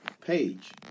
page